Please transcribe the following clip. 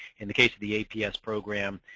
in the case of the aps program,